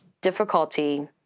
difficulty